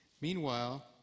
Meanwhile